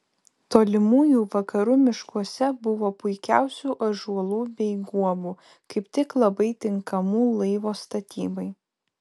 tolimųjų vakarų miškuose buvo puikiausių ąžuolų bei guobų kaip tik labai tinkamų laivo statybai